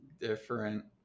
different